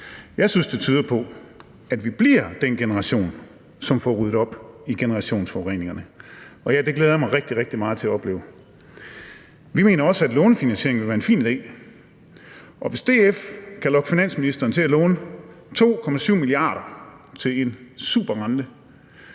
Jeg synes, det tyder på, at vi bliver den generation, som får ryddet op i generationsforureningerne, og det glæder jeg mig rigtig, rigtig meget til at opleve. Vi mener også, at lånefinansiering vil være en fin idé. Og hvis DF kan lokke finansministeren til at låne 2,7 mia. kr. til en super rente,